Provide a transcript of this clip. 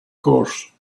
course